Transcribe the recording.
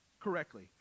correctly